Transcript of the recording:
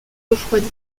refroidi